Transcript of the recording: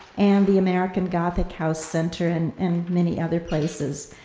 and the american gothic house center and and many other places.